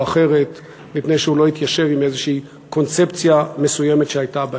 אחרת מפני שהוא לא התיישב עם איזה קונספציה מסוימת שהייתה להם.